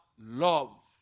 love